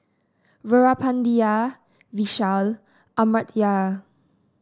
Veerapandiya Vishal Amartya